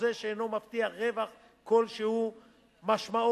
חוזה שאינו מבטיח רווח כלשהו משמעו